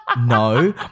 No